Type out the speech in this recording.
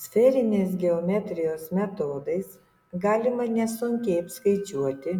sferinės geometrijos metodais galima nesunkiai apskaičiuoti